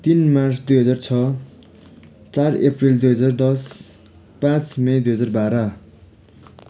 तिन मार्च दुई हजार छ चार एप्रिल दुई हजार दस पाँच मे दुई हजार बाह्र